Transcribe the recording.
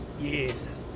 yes